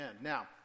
Now